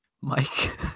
Mike